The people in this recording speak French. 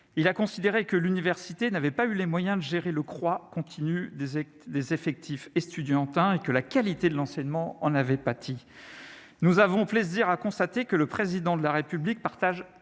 Il a considéré que l'université n'avait pas eu les moyens de gérer le crois continue des actes des effectifs estudiantins et que la qualité de l'enseignement, on avait pâti. Nous avons plaisir à constater que le président de la République partage